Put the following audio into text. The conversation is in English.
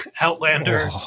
Outlander